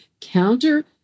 counter